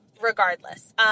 regardless